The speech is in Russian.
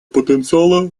потенциала